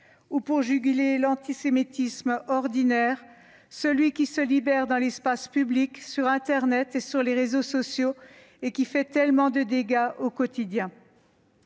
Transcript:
Ou pour juguler l'antisémitisme « ordinaire », celui qui se libère dans l'espace public, sur internet et les réseaux sociaux et qui fait tellement de dégâts au quotidien